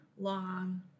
long